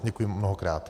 Děkuji mnohokrát.